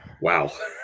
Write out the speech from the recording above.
wow